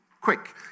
quick